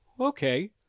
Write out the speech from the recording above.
Okay